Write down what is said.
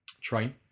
train